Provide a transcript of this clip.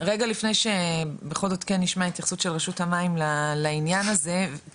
רגע לפני שבכל זאת כן נשמע התייחסות של רשות המים לעניין הזה,